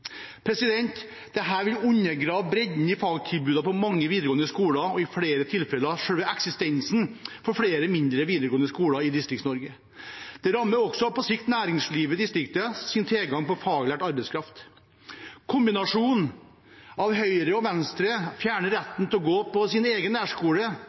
vil undergrave bredden i fagtilbudet på mange videregående skoler og i flere tilfeller selve eksistensen for flere mindre videregående skoler i Distrikts-Norge. Dette rammer også på sikt næringslivet i distriktene sin tilgang på faglært arbeidskraft. Kombinasjonen av at Høyre og Venstre fjerner retten til å gå på sin egen nærskole,